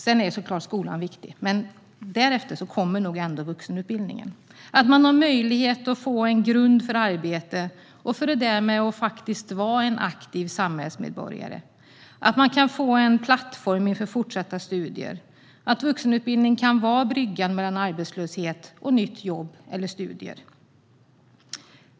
Sedan är såklart skolan viktig, men därefter kommer nog ändå vuxenutbildningen. Vuxenutbildningen kan vara en grund för att få ett arbete och att faktiskt vara en aktiv samhällsmedborgare. Den kan vara en plattform inför fortsatta studier och vara bryggan mellan arbetslöshet och nytt jobb eller högre studier.